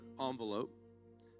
envelope